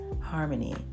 harmony